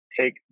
take